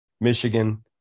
Michigan